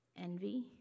envy